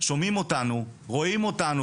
שומעים אותנו, רואים אותנו,